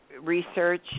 research